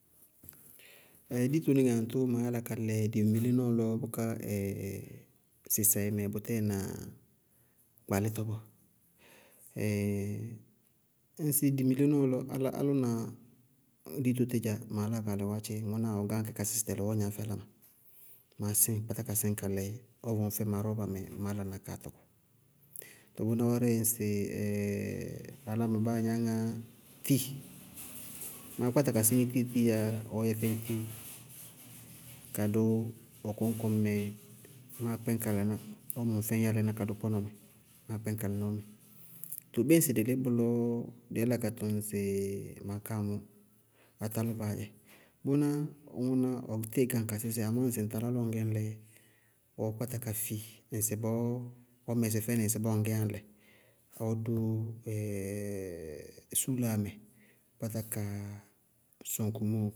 ditonɩŋɛ aŋtʋʋ maá yála ka lɛ didiŋbilé nɔɔ lɔ bʋká sɩsɛɩ mɛ, bʋtɛɛ na gbalítɔ bɔɔ. ŋsɩ didiŋbilé nɔɔ lɔ, álʋna ditotí dzá, maá yála ka lɛ wáátchɩ, bʋná ɔ gáŋ kɛ ka sísí tɛlɩ ɔɔ gnañ fɛ áláma, máá kpátá ka síŋí ka síŋí ka lɛ ɔɔ vɔŋ fɛŋ ma rɔɔba mɛ máá rɔɔba la kaa tɔ. Tɔɔ bʋná, ŋsɩ áláma baáa gnañŋá tii, maá kpáta ka síŋí tii tí dzáá yá, ɔɔ dʋ fɛŋ tii, ka dʋ ɔ kɔñkɔŋ mɛ máá kpɛñ ka laná, ɔɔ mɔŋ fɛŋ yálaná ka dʋ kpɔnɔ mɛ, máá kpɛñ ka laná wómɛ. Tɔɔ bíɩ ŋsɩ dɩ lí bʋlɔ, dɩí yála ka tɔŋ sɩ maakáa mɔɔ átálʋbaá dzɛ, bʋná ŋʋná, ɔɔ tíɩ gáŋ ka sísíí yá bíɩ ŋsɩ ŋ talá lɔ ŋñgɛ ñ lɛ, ɔɔ kpátá ka fi ŋsɩbɔɔ, ɔɔ mɛsɩ fɛnɩ ŋsɩbɔɔ nɔɔ ŋŋgɛyá ñ lɛ, ɔɔ dʋ súúgaa mɛ, ɔɔ kpátá ka sɔŋ kumóo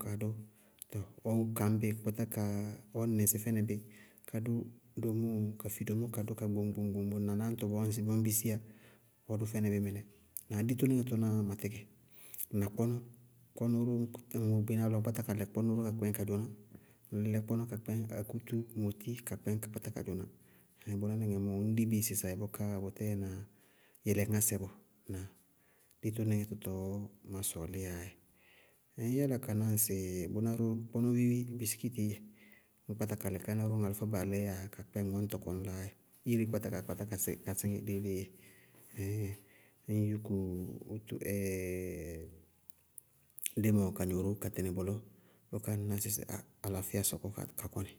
ka dʋ, tɔɔ ɔɔ gañ bɩ, ɔɔ gañ bɩ ka ɔɔ nɩŋsɩ fɛnɩ bí, ka dʋ domóo, ka fi domóo kadʋ ka gbóŋ-gbóŋ ŋsɩbɔɔ ñ bisiyá, ɔɔ dʋ fɛnɩ bí mɩnɛ. Ŋnáa? Ditonɩŋɛ tʋnáá ma tíkɩ, na kpɔnɔ, kpɔnɔ ró ñŋwɛ gbenáa lɔ ŋñ kpáta lɛ kpɔnɔɔwá ka dzʋná ŋñlɛ kpɔnɔɔwá ka kpɛñ akutú, moti, ka kpɛñ ka kpátá ka dzʋná. Ŋsɩ bʋná nɩŋɛ mɔɔ ŋñdi bɩ sɩsɛɩ bʋká bʋtɛɛ na yɛlɩŋásɛ bɔɔ. Ŋnáa? Ditonɩŋɛ tɔɔ má sɔɔlɩyá dzɛ. Ŋñyála ka ná ŋsɩ bʋná ró kpɔnɔvivi, biskiitií dzɛ, ññ kpátá ka lɛ káná ró ñŋ alʋfá baalɛɛ yáa ka kpɛñ ŋwɛ ŋñ láádzɛ. Ireé kpáta ka kpátá ka sɛŋ ka síŋí déidéi yɛ ñŋ yúku wóto límɔ ka gnɔ ka tɩnɩ bʋlɔ, tɔɔ alaafíya sɔkɔ ka kɔnɩ.